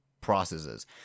processes